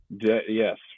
Yes